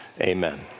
amen